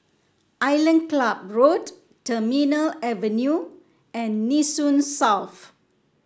Island Club Road Terminal Avenue and Nee Soon South